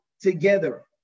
together